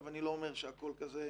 אני לא אומר שהכול כזה